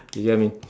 you get what I mean